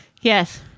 Yes